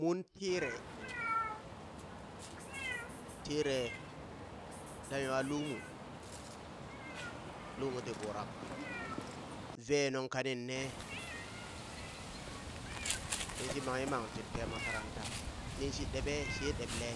Mun tiire, tiire la nwa lumu, lumu ti ɓurak, vee nung ka nin nee, nin shi manghe yimam tin te makaranta, nin shi ɗeɓe she ɗeɓle,